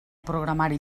programari